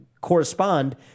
correspond